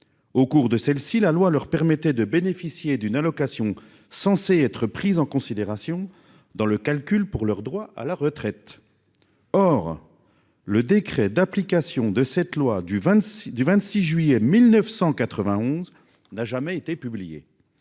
au cours de celle-ci, la loi leur permettait de bénéficier d'une allocation censée être pris en considération dans le calcul pour leurs droits à la retraite. Or, le décret d'application de cette loi du 26 du 26 juillet 1991, n'a jamais été publié,